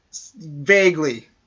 Vaguely